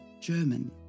German